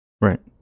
Right